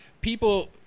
people